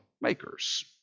makers